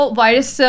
virus